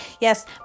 Yes